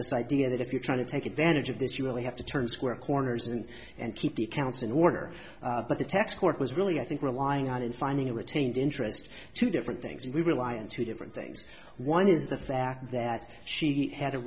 this idea that if you're trying to take advantage of this you really have to turn square corners and and keep the accounts in order but the tax court was really i think relying on in finding a retained interest two different things we rely on two different things one is the fact that she had